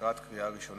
לקראת קריאה ראשונה.